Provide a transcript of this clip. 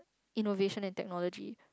innovation and technology